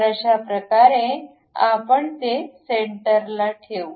तर अशाप्रकारे आपण ते सेंटरला ठेवू